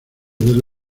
del